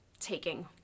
taking